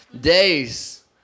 Days